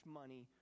money